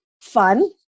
fun